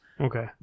Okay